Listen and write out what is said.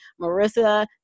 marissa